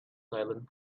silent